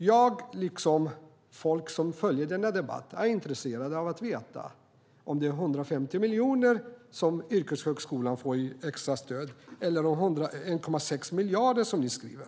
Jag liksom människor som följer denna debatt är intresserade av att veta om det är 150 miljoner som yrkeshögskolan får i extra stöd eller 1,6 miljarder som ni skriver.